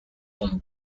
from